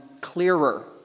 clearer